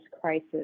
crisis